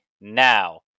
now